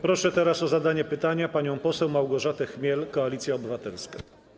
Proszę teraz o zadanie pytania panią poseł Małgorzatę Chmiel, Koalicja Obywatelska.